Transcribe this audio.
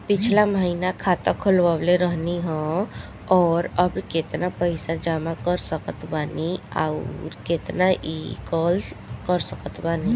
पिछला महीना खाता खोलवैले रहनी ह और अब केतना पैसा जमा कर सकत बानी आउर केतना इ कॉलसकत बानी?